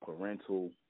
parental